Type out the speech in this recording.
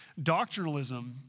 Doctrinalism